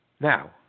Now